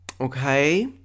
Okay